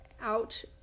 out